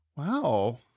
Wow